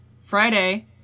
friday